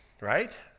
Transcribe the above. right